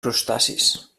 crustacis